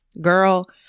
girl